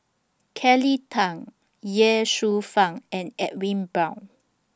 Kelly Tang Ye Shufang and Edwin Brown